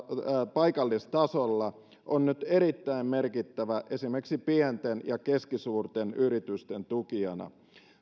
paikallistasolla on nyt erittäin merkittävä esimerkiksi pienten ja keskisuurten yritysten tukijana